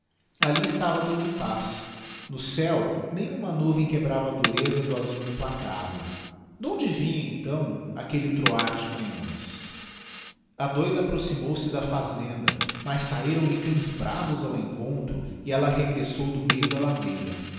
alli estava tudo em paz no céu nem uma nuvem quebrava a dureza do azul implacável d'onde vinha então aquelle troar de canhões a douda approximou-se da fazenda mas sahiram lhe cães bravos ao encontro e ella regressou do meio da ladeira